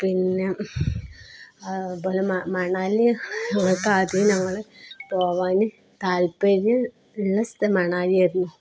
പിന്നെ മണാലി ഞങ്ങള്ക്ക് ആദ്യം ഞങ്ങള്ക്ക് പോകാന് താല്പര്യമുള്ള സ്ഥലം മണാലിയായിരുന്നു